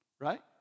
right